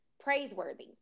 praiseworthy